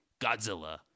Godzilla